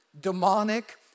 demonic